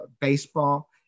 baseball